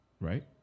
Right